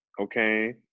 Okay